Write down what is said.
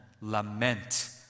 lament